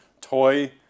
toy